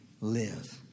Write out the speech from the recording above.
live